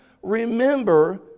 remember